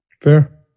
Fair